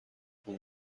اون